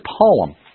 poem